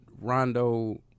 Rondo